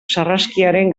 sarraskiaren